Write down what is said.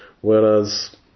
Whereas